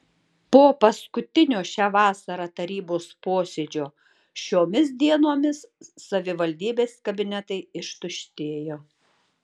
po paskutinio šią vasarą tarybos posėdžio šiomis dienomis savivaldybės kabinetai ištuštėjo